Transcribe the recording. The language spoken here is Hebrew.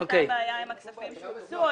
מה היתה הבעיה עם הכספים שהוקצו,